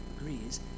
agrees